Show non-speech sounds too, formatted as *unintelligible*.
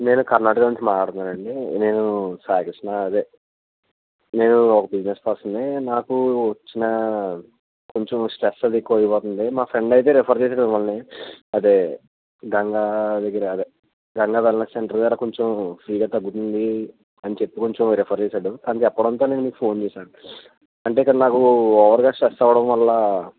నేను కర్ణాటక నుంచి మాట్లాడుతున్నానండి నేను సాయి కృష్ణ అదే నేను ఒక బిజినెస్ పర్సన్ను నాకు వచ్చిన కొంచెం స్ట్రెస్ అది ఎక్కువ అయిపోతుంది మా ఫ్రెండ్ అయితే రిఫర్ చేశారు మిమ్మల్ని అదే గంగా దగ్గర అదే గంగాధర్ *unintelligible* సెంటర్ దగ్గర కొంచెం ఫ్రీగా తగ్గుతుంది అని చెప్పి కొంచెం రిఫర్ చేశారు అని చెప్పడంతో నేను మీకు ఫోన్ చేశాను అంటే ఇక్కడ నాకు ఓవర్గా స్ట్రెస్ అవడం వల్ల